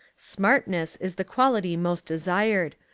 smartness is the quality most de sired,